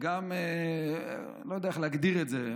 אני לא יודע איך להגדיר את זה,